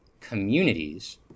communities